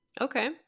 Okay